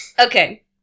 Okay